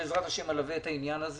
בעזרת השם אלווה את העניין הזה